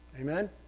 Amen